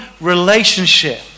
relationship